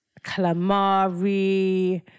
calamari